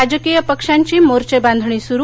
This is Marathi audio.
राजकीय पक्षांची मोर्चेबांधणी सूरु